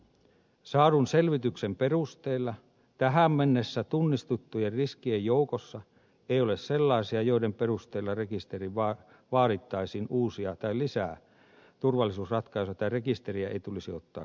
saadun selvityksen perusteella tähän mennessä tunnistettujen riskien joukossa ei ole sellaisia joiden perusteella rekisteriin vaadittaisiin uusia tai lisää turvallisuusratkaisuja tai rekisteriä ei tulisi ottaa käyttöön